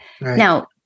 Now